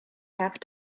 have